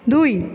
দুই